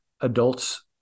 adults